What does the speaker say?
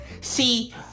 See